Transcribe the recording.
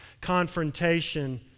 confrontation